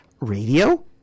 radio